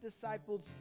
disciple's